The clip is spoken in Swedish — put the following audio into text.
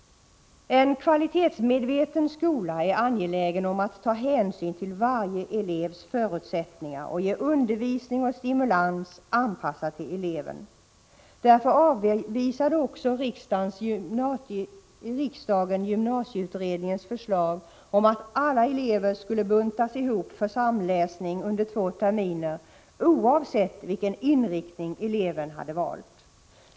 En kvalitetsmedveten skola är angelägen om att ta hänsyn till varje elevs förutsättningar och ge undervisning och stimulans anpassad till eleven. Därför avvisade också riksdagen gymnasieutredningens förslag om att alla elever skulle buntas ihop för samläsning under två terminer oavsett vilken inriktning eleven hade valt.